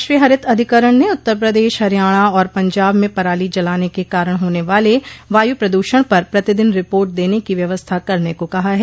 राष्ट्रीय हरित अधिकरण ने उत्तर प्रदेश हरियाणा और पंजाब में पराली जलाने के कारण होने वाले वायु प्रदूषण पर प्रतिदिन रिपोर्ट देने की व्यवस्था करने को कहा है